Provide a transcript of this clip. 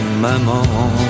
maman